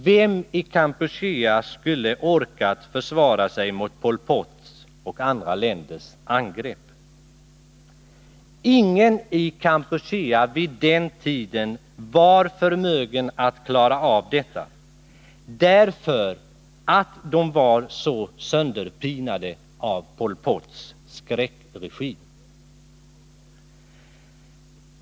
Vem i Kampuchea skulle ha orkat försvara sig mot Pol Pots och andra länders angrepp? Ingen i Kampuchea var vid den tiden förmögen att klara av detta, därför att landet var så sönderpinat av Pol Pots skräckregim.